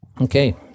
Okay